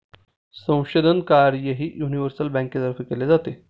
संशोधन कार्यही युनिव्हर्सल बँकेतर्फे केले जाते